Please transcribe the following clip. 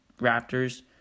Raptors